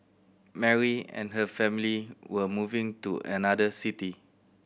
Mary and her family were moving to another city